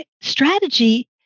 strategy